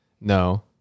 No